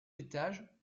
étages